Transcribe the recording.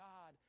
God